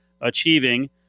achieving